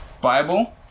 Bible